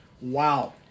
Wow